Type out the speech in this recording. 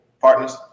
partners